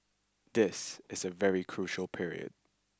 this is a very crucial period